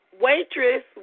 Waitress